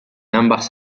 ambas